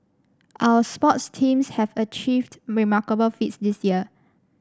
our sports teams have achieved remarkable feats this year